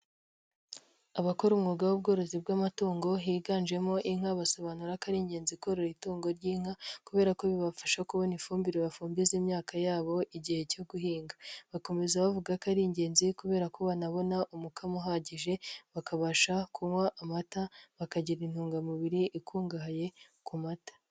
Abakora umwuga w'ubworozi bw'amatungo higanjemo inka basobanura ko ari ingenzi korora itungo ry'inka kubera ko bibafasha kubona ifumbire bafumbiza imyaka yabo igihe cyo guhinga. Bakomeza bavuga ko ari ingenzi kubera ko banabona umukamo uhagije bakabasha kunywa amata bakagira intungamubiri ikungahaye ku mata.